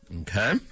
Okay